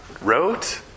wrote